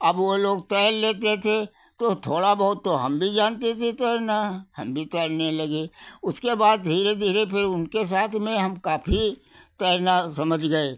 अब वो लोग तैर लेते थे तो थोड़ा बहुत तो हम भी जानते थे तैरना हम भी तैरने लगे उसके बाद धीरे धीरे फिर उनके साथ में हम काफ़ी तैरना समझ गए